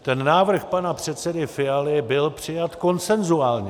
Ten návrh pana předsedy Fialy byl přijat konsenzuálně.